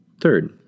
Third